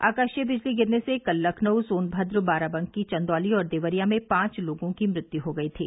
आकाशीय बिजली गिरने से कल लखनऊ सोनभद्र बाराबंकी चंदौली और देवरिया में पांच लोगों की मृत्यु हो गयी थी